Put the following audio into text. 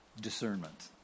Discernment